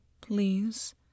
please